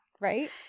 right